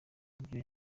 ibyo